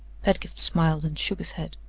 pedgift smiled and shook his head.